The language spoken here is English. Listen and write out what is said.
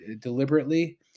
deliberately